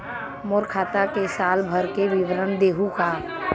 मोर खाता के साल भर के विवरण देहू का?